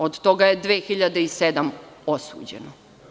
Od toga je 2.070 osuđeno.